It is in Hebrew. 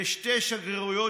ושתי שגרירויות,